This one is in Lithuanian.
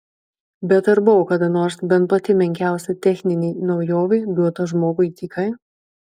bet ar buvo kada nors bent pati menkiausia techninė naujovė duota žmogui dykai